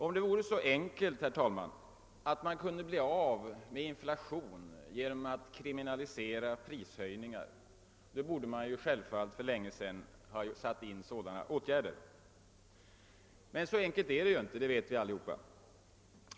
Om det vore så enkelt att man kunde bli av med inflation genom att kriminalisera prishöjningar, borde man självfallet för länge sedan ha satt in en sådan åtgärd. Men så enkelt är det inte, det vet vi alla.